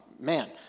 Man